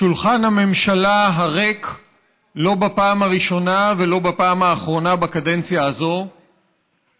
שולחן הממשלה הריק לא בפעם הראשונה ולא בפעם האחרונה בקדנציה הזאת,